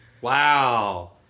Wow